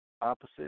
opposite